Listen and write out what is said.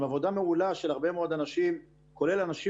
עם עבודה מעולה של הרבה מאוד אנשים כולל אנשים